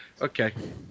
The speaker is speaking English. Okay